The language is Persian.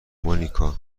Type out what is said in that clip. مونیکا